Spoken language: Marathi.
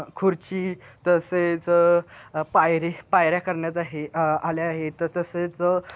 खुर्ची तसेच पायरी पायऱ्या करण्यात आहे आल्या आहे तर तसेच